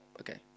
Okay